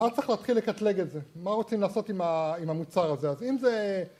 את צריכה להתחיל לקטלג את זה מה רוצים לעשות עם המוצר הזה אז אם זה